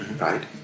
right